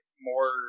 more